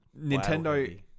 Nintendo